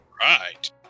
Right